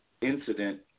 incident